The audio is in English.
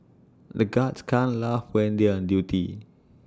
the guards can't laugh when they are on duty